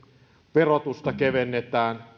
verotusta kevennetään